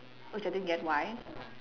which I didn't get why